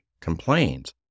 complains